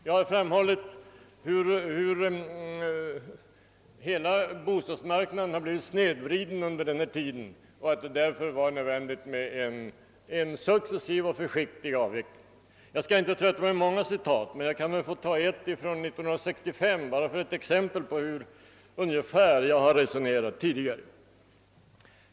Jag har framhållit hur hela bostadsmarknaden blivit snedvriden och att det är nödvändigt med en successiv och försiktig avveckling. Jag skall inte trötta med många citat, men jag vill ta ett citat från 1965 som exempel på hur jag resonerat tidigare.